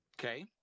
Okay